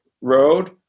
road